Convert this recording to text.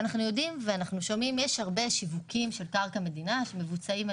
יש הרבה שיווק של קרקע מדינה שמבוצע על